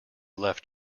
left